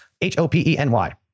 H-O-P-E-N-Y